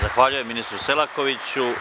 Zahvaljujemo ministru Selakoviću.